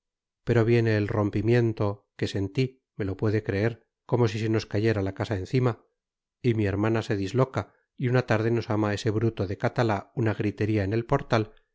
pero viene el rompimiento que sentí me lo puede creer como si se nos cayera la casa encima y mi hermana se disloca y una tarde nos arma ese bruto de catalá una gritería en el portal